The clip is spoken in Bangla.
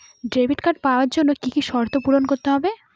ক্রেডিট কার্ড পাওয়ার জন্য কি কি শর্ত পূরণ করতে হবে?